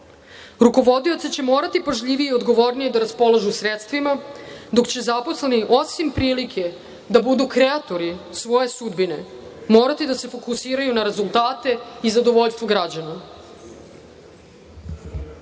će morati pažljivije i odgovornije da raspolažu sredstvima, dok će zaposleni osim prilike da budu kreatori svoje sudbine morati da se fokusiraju na rezultate i zadovoljstvo građana. Cilj